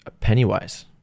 Pennywise